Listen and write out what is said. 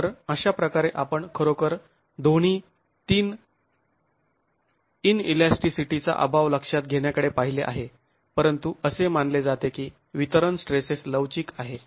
तर अशाप्रकारे आपण खरोखर दोन्ही तीन इनईलास्टीसिटी चा अभाव लक्षात घेण्याकडे पाहिले आहे परंतु असे मानले जाते की वितरण स्टेसेस लवचिक आहे